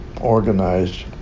organized